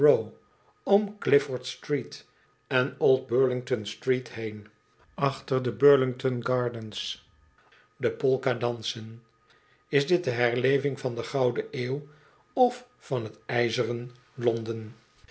en oldburlingtonstreet heen achter de burl ing ton garden s de polka dansen is dit de herleving van de gouden eeuw of van t ijzeren londen